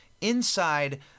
inside